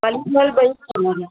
हाल फिल्हाल ॿई कलरु आहिनि